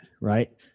right